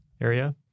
area